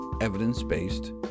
evidence-based